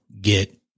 get